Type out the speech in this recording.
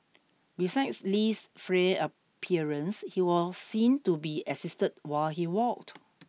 besides Li's frail appearance he was seen to be assisted while he walked